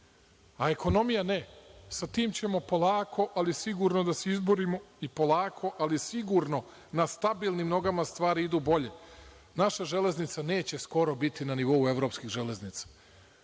a ekonomija ne. Sa tim ćemo polako, ali sigurno da se izborimo i polako, ali sigurno na stabilnim nogama stvari idu bolje. Naša „Železnica“ neće skoro biti na nivou evropskih železnica.